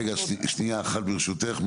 רק שנייה, ברשותך.